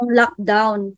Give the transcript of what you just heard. lockdown